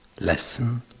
lesson